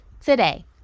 today